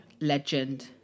legend